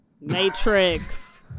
Matrix